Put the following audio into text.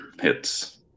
hits